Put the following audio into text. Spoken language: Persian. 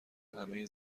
همه